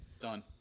Done